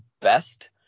best